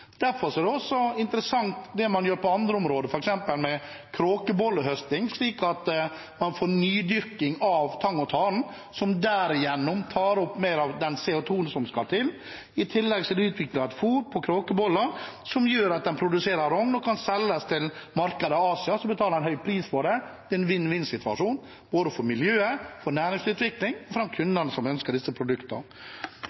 det interessant det man gjør på andre områder, f.eks. med kråkebollehøsting, slik at man får nydyrking av tang og tare som derigjennom tar opp mer av den CO 2 -en som skal til. I tillegg er det utviklet et fôr på kråkeboller som gjør at man produserer rogn og kan selge til markeder i Asia som betaler en høy pris for det. Det er en vinn-vinn-situasjon, både for miljøet, for næringsutvikling og